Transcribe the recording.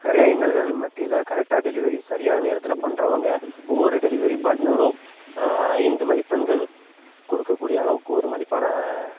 நிறையா இன்னல்கள் மத்தியில் கரெக்டா டெலிவரி சரியான நேரத்தில் பண்ணுறவங்க ஒவ்வொரு டெலிவரி பாட்னரும் ஐந்து மதிப்பெண்கள் கொடுக்கக்கூடிய அளவுக்கு ஒரு மதிப்பான